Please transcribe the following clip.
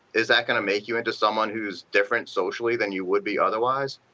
is that going to make you into someone who is different socially than you would be otherwise?